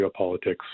geopolitics